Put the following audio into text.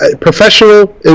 Professional